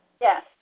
Yes